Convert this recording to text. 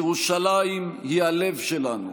ירושלים היא הלב שלנו.